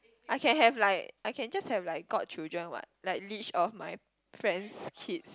I can have like I can just have like godchildren what like leech off my friends' kids